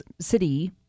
city